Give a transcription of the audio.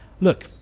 Look